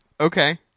Okay